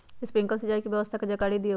Sprinkler सिंचाई व्यवस्था के जाकारी दिऔ?